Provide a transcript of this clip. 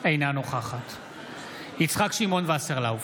אינה נוכחת יצחק שמעון וסרלאוף,